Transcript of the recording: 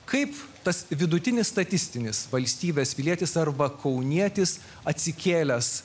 kaip tas vidutinis statistinis valstybės pilietis arba kaunietis atsikėlęs